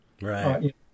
Right